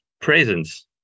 presence